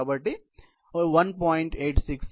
కాబట్టి ముఖ్యంగా ఇది 1